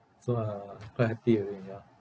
so uh quite happy already ya